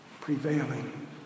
prevailing